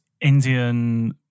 Indian